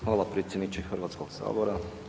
Hvala potpredsjedniče Hrvatskog sabora.